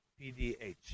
PDH